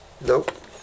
Nope